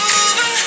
over